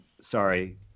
sorry